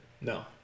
No